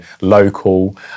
local